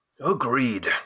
Agreed